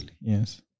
Yes